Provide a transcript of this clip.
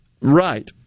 Right